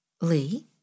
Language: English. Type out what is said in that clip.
Lee